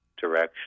direction